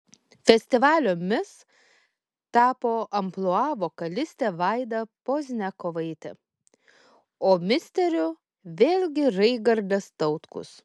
festivalio mis tapo amplua vokalistė vaida pozniakovaitė o misteriu vėlgi raigardas tautkus